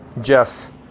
jeff